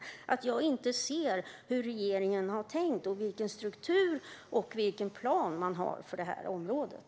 Jag ser inte hur regeringen har tänkt och vilken struktur och vilken plan man har för området.